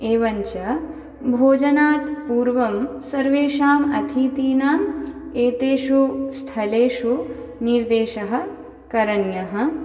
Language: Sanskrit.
एवञ्च भोजनात् पूर्वं सर्वेषाम् अतिथीनां एतेषु स्थलेषु निर्देशः करणीयः